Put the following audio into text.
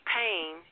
pain